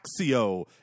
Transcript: axio